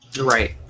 Right